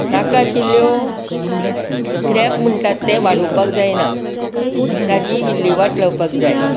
नाका आशिल्ल्यो स्क्रेप म्हणटात तें वाडोवपाक जायना ताची विल्लीवाट करपाक जाय